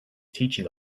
teaching